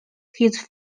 his